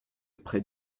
près